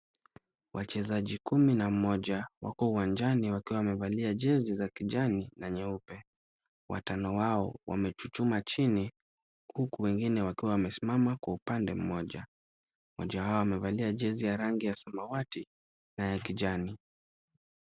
Wachezaji kumi na mmoja wako uwanjani wakiwa wamevalia jezi za kijani na nyeupe. Watano wao wamechuchuma chini huku wengine wakiwa wamesimama kwa upande mmoja. Moja wao amevalia jezi ya rangi samawati na ya kijani.